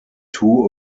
two